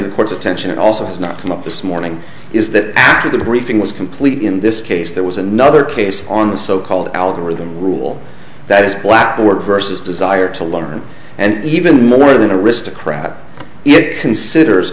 the court's attention also has not come up this morning is that after the briefing was complete in this case there was another case on the so called algorithm rule that is black work versus desire to learn and even more than a wrist a crowd it consider